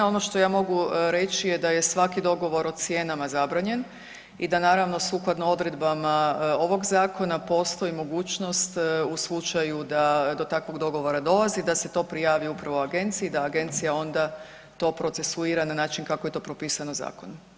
Ono što ja mogu reći je da je svaki dogovor o cijenama zabranjen i da naravno sukladno odredbama ovog zakona, postoji mogućnost u slučaju da do takvog dogovora dolazi, da se to prijavi upravo agenciji, da agencija onda to procesuira na način kako je to propisano zakonom.